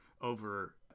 over